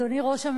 אדוני היושב-ראש,